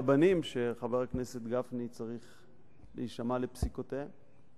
רבנים שחבר הכנסת גפני צריך להישמע לפסיקותיהם.